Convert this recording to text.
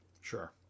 Sure